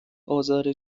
آزار